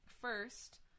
First